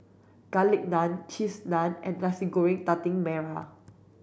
garlic naan cheese naan and Nasi Goreng Daging Merah